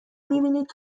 میبینید